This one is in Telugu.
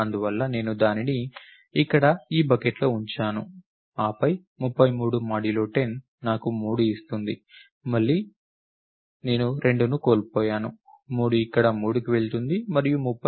అందువల్ల నేను దానిని ఇక్కడ ఈ బకెట్లో ఉంచాను ఆపై 33 10 నాకు 3 ఇస్తుంది మరియు మళ్లీ నేను 2ను కోల్పోయాను 3 ఇక్కడ 3కి వెళుతుంది ఇది 33 మరియు 65